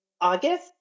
August